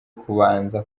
kubanza